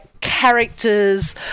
characters